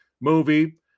movie